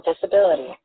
disability